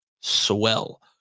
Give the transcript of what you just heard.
swell